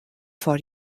far